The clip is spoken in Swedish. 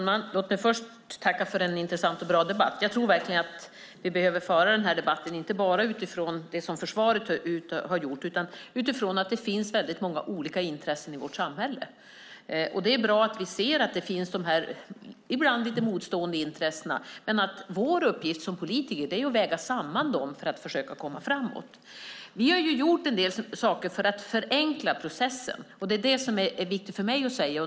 Fru talman! Jag vill först tacka för en intressant och bra debatt. Jag tror verkligen att vi behöver föra denna debatt inte bara utifrån det som försvaret har gjort utan utifrån att det finns många olika intressen i vårt samhälle. Det är bra att vi ser att det ibland finns lite motstående intressen. Men vår uppgift som politiker är att väga samman dem för att försöka komma framåt. Vi har under denna mandatperiod gjort en del saker för att förenkla processen. Det är det som är viktigt för mig att säga.